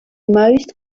most